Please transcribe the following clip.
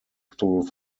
through